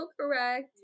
correct